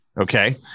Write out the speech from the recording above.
Okay